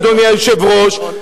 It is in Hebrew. אדוני היושב-ראש,